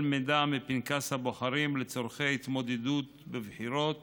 מידע מפנקס הבוחרים לצורכי התמודדות בבחירות